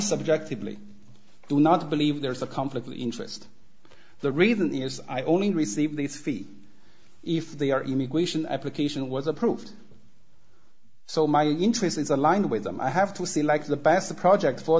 subjectively do not believe there is a conflict of interest the reason is i only received these feet if they are immigration application was approved so my interest is aligned with them i have to see like the past projects for